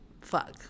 fuck –